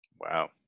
Wow